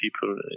people